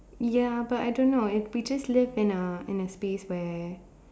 ya but I don't know if we just live in a in a space where